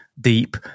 deep